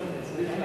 אדוני.